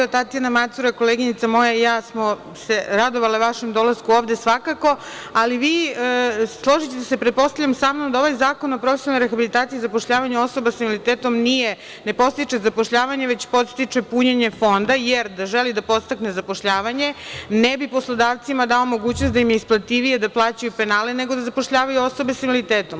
Tatjana Macura, koleginica moja i ja smo se radovali vašem dolasku ovde, svakako, ali vi, složićete se, pretpostavljam, sa mnom da ovaj zakon o profesionalnoj rehabilitaciji i zapošljavanju osoba sa invaliditetom ne podstiče zapošljavanje već podstiče punjenje fonda, jer da želi da podstakne zapošljavanje, ne bi poslodavcima dao mogućnost da im je isplativije da plaćaju penale nego da zapošljavaju osobe sa invaliditetom.